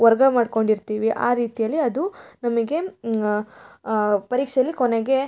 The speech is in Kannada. ವರ್ಗ ಮಾಡಿಕೊಂಡಿರ್ತೀವಿ ಆ ರೀತಿಯಲ್ಲಿ ಅದು ನಮಗೆ ಪರೀಕ್ಷೆಯಲ್ಲಿ ಕೊನೆಗೆ